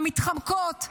המתחמקות,